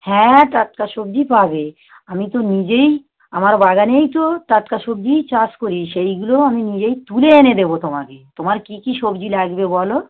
হ্যাঁ টাটকা সবজি পাবে আমি তো নিজেই আমার বাগানেই তো টাটকা সবজিই চাষ করি সেইগুলো আমি নিজেই তুলে এনে দেবো তোমাকে তোমার কী কী সবজি লাগবে বলো